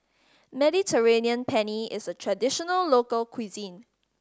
Mediterranean Penne is a traditional local cuisine